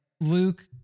Luke